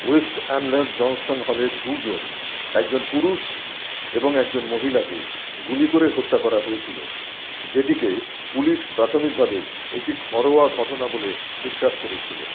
West Ambler Johnston হলে দুজন একজন পুরুষ এবং একজন মহিলাকে গুলি করে হত্যা করা হয়েছিলো যেটিকে পুলিশ প্রাথমিকভাবে একটি ঘরোয়া ঘটনা বলে বিশ্বাস করেছিলো